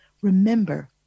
Remember